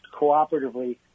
cooperatively